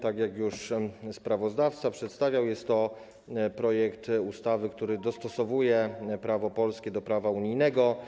Tak jak już poseł sprawozdawca przedstawiał, jest to projekt ustawy, w którym dostosowuje się prawo polskie do prawa unijnego.